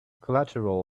collateral